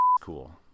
cool